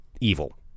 evil